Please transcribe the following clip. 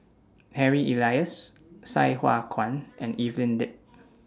Harry Elias Sai Hua Kuan and Evelyn Lip